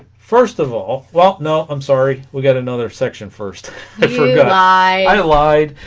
first of all well no i'm sorry we got another section first i sort of i lied